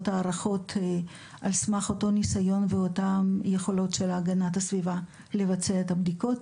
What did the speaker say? הערכות על סמך אותו ניסיון ואותן יכולות של הגנת הסביבה לבצע את הבדיקות.